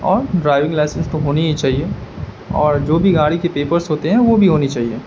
اور driving licence تو ہونی ہی چاہیے اور جو بھی گاڑی کے پیپرس ہوتے ہیں وہ بھی ہونی چاہیے